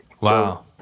Wow